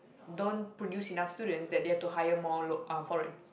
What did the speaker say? don't produce enough students that they have to hire more lo~ uh foreign